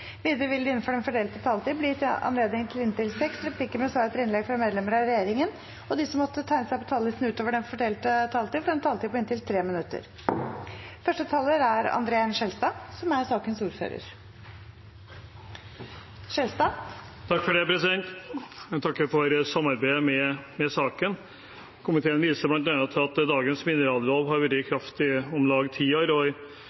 Videre vil det – innenfor den fordelte taletid – bli gitt anledning til inntil seks replikker med svar etter innlegg fra medlemmer av regjeringen, og de som måtte tegne seg på talerlisten utover den fordelte taletid, får også en taletid på inntil 3 minutter. Jeg takker for samarbeidet i saken. Komiteen viser bl.a. til at dagens minerallov har vært i kraft i om lag ti år, og